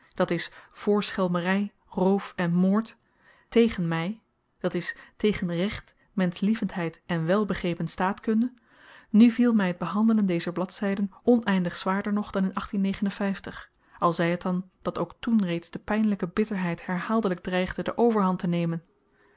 konsorten d i voor schelmery roof en moord tegen my d i tegen recht menschlievendheid en wèlbegrepen staatkunde nu viel my t behandelen dezer bladen oneindig zwaarder nog dan al zy t dan dat ook toen reeds de pynlyke bitterheid herhaaldelyk dreigde de overhand te nemen